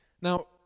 Now